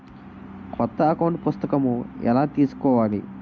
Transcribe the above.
కొత్త అకౌంట్ పుస్తకము ఎలా తీసుకోవాలి?